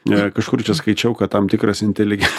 na kažkur čia skaičiau kad tam tikras inteligen